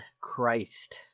Christ